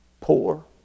poor